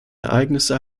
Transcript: ereignisse